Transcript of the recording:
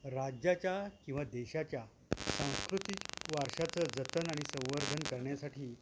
राज्याच्या किंवा देशाच्या सांस्कृतिक वारशाचं जतन आणि संवर्धन करण्यासाठी